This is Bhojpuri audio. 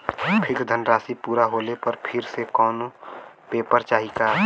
फिक्स धनराशी पूरा होले पर फिर से कौनो पेपर चाही का?